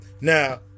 Now